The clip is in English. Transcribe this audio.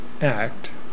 act